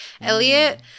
Elliot